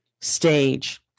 stage